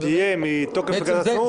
תהיה מתוקף מגילת העצמאות.